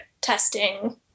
testing